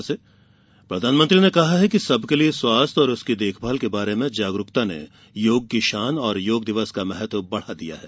मन की बात प्रधानमंत्री ने कहा है कि सबके लिए स्वास्थ्य और उसकी देखभाल के बारे में जागरुकता ने योग की शान और योग दिवस का महत्व बढ़ा दिया है